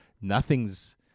Nothing's